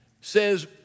says